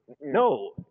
No